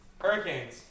Hurricanes